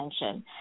attention